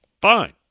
Fine